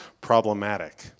problematic